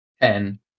Ten